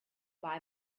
buy